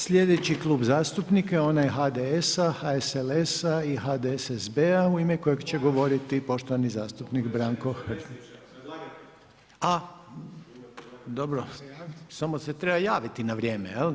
Slijedeći klub zastupnika je ona HDS-a, HSLS-a i HDSSB-a u ime kojeg će govoriti poštovani zastupnik Branko Hrg. ... [[Upadica: ne čuje se.]] Ah, dobro, samo se treba javiti na vrijeme, jel.